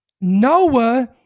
Noah